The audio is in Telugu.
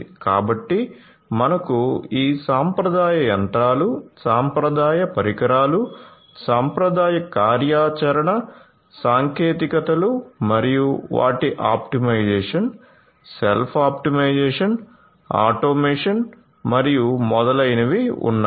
కాబట్టి మనకు ఈ సాంప్రదాయ యంత్రాలు సాంప్రదాయ పరికరాలు సాంప్రదాయ కార్యాచరణ సాంకేతికతలు మరియు వాటి ఆప్టిమైజేషన్ సెల్ఫ్ ఆప్టిమైజేషన్ ఆటోమేషన్ మరియు మొదలైనవి ఉన్నాయి